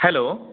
hello